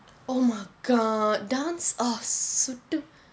oh my god dance uh so do